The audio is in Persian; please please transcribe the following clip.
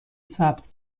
ثبت